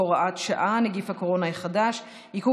הוראת שעה) (נגיף הקורונה החדש) (עיכוב